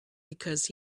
because